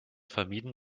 vermieden